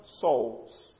souls